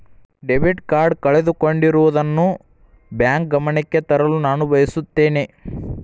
debit card ಕಳೆದುಕೊಂಡಿರುವುದನ್ನು bank ಗಮನಕ್ಕೆ ತರಲು ನಾನು ಬಯಸುತ್ತೇನೆ